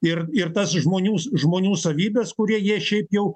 ir ir tas žmonių žmonių savybes kurie jie šiaip jau